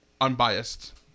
unbiased